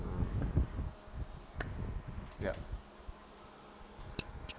ya